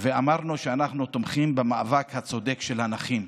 ואמרנו שאנחנו תומכים במאבק הצודק של הנכים,